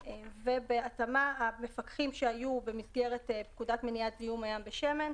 ובהתאמה המפקחים שהיו במסגרת פקודת מניעת זיהום הים בשמן,